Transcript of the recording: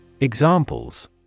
Examples